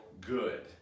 good